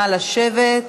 נא לשבת.